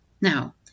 Now